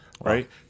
right